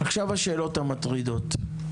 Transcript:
עכשיו השאלות המטרידות.